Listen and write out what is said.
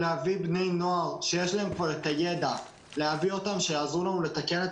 להביא בני נוער עם ידע כדי שיעזרו לנו לתקן את